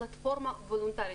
פלטפורמה וולונטרית.